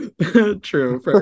True